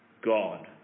God